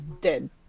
dead